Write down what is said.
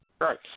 Right